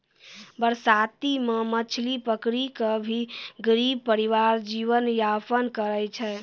बरसाती मॅ मछली पकड़ी कॅ भी गरीब परिवार जीवन यापन करै छै